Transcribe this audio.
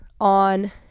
on